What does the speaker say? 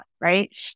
right